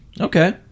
Okay